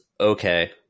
okay